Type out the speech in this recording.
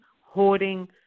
hoarding